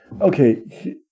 Okay